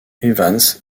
evans